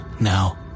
Now